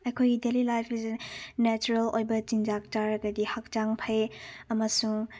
ꯑꯩꯈꯣꯏꯒꯤ daily life ꯑꯁꯦ natural ꯑꯣꯏꯕ ꯆꯤꯟꯖꯥꯛ ꯆꯥꯔꯒꯗꯤ ꯍꯛꯆꯥꯡ ꯐꯩ ꯑꯃꯁꯨꯡ